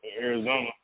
Arizona